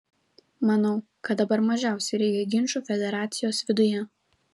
manau kad dabar mažiausiai reikia ginčų federacijos viduje